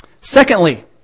Secondly